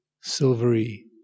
silvery